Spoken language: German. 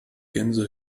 gänse